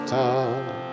time